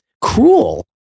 cruel